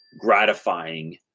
gratifying